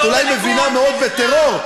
את אולי מבינה מאוד בטרור,